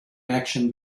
action